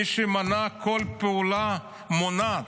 מי שמנע כל פעולה מונעת,